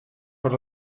per